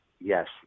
yes